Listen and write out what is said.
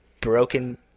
Broken